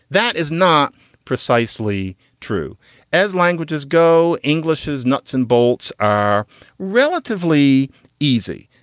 that is not precisely true as languages go english is nuts and bolts are relatively easy.